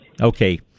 okay